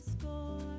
score